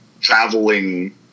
traveling